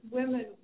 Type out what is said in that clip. women